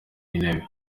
w’intebe